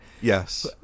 Yes